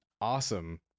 awesome